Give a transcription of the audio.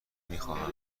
میخواهم